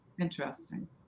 Interesting